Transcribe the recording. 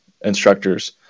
instructors